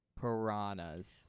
piranhas